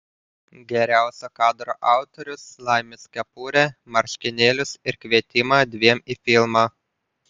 geriausio kadro autorius laimės kepurę marškinėlius ir kvietimą dviem į filmą